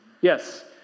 Yes